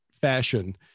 fashion